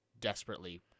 desperately